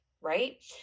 right